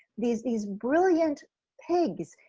these these brilliant pigs,